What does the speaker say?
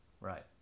Right